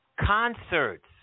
concerts